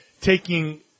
taking